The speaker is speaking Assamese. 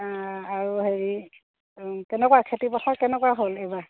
আৰু হেৰি কেনেকুৱা খেতি পথাৰ কেনেকুৱা হ'ল এইবাৰ